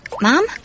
Mom